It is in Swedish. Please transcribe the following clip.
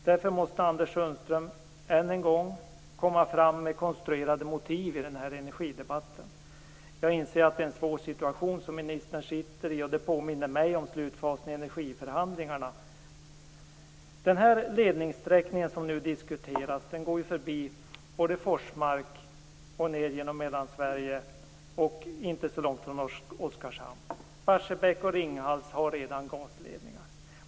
Därför måste Anders Sundström än en gång komma fram med konstruerade motiv i energidebatten. Jag inser att det är svår situation som ministern befinner sig i, och det påminner mig om slutfasen i energiförhandlingarna. Den ledning som nu diskuteras går ju förbi Forsmark, ned genom Mellansverige och inte så långt från Oskarshamn. Barsebäck och Ringhals har redan gasledningar.